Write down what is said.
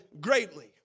greatly